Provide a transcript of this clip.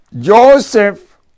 Joseph